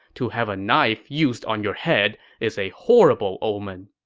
to have a knife used on your head is a horrible omen!